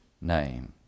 name